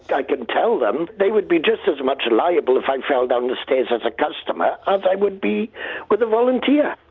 i can tell them they would be just as much liable if i fell down the stairs as a customer as ah i would be with a volunteer.